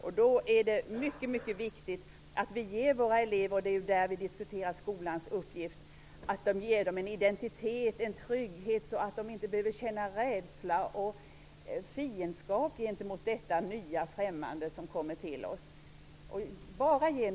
Därför är det mycket viktigt att skolan, vars uppgift vi diskuterar, ger eleverna en identitet och en trygghet, så att de inte behöver känna rädsla och fiendskap gentemot det nya och främmande som kommer till oss.